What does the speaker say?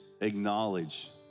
acknowledge